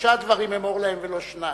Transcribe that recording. שלושה דברים אמור להם ולא שניים: